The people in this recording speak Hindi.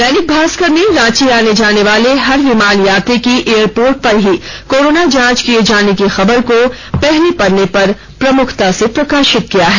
दैनिक भास्कर ने रांची आने जाने वाले हर विमान यात्री की एयरपोर्ट पर ही कोरोना जांच किए जाने की खबर को पहले पन्ने पर प्रमुखता से प्रकाशित किया है